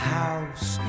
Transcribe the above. house